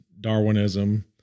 Darwinism